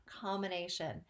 combination